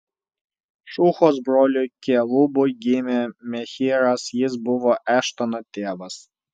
šuhos broliui kelubui gimė mehyras jis buvo eštono tėvas